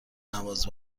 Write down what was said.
نماز